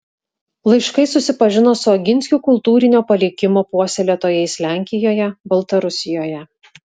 laiškais susipažino su oginskių kultūrinio palikimo puoselėtojais lenkijoje baltarusijoje